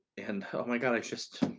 and oh my god, i just